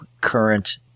current